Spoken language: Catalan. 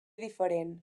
diferent